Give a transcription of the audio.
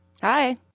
Hi